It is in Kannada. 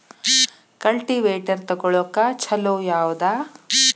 ಕಲ್ಟಿವೇಟರ್ ತೊಗೊಳಕ್ಕ ಛಲೋ ಯಾವದ?